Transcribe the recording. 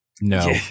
No